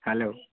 hello